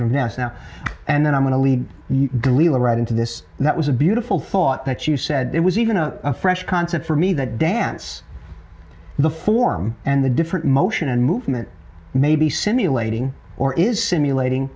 nest now and then i'm going to lead you right into this that was a beautiful thought that you said it was even a fresh concept for me that dance the form and the different motion and movement may be simulating or is simulating